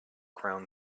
crown